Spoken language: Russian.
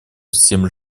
всем